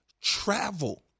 travel